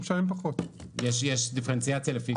הוא משלם פחות, יש דיפרנציאציה לפי גודל.